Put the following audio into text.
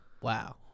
Wow